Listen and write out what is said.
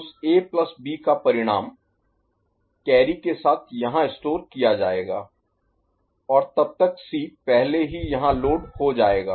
उस A plus B AB का परिणाम कैरी के साथ यहां स्टोर Store संग्रहित किया जाएगा और तब तक सी पहले ही यहां लोड हो जाएगा